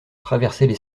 traversaient